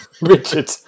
Richard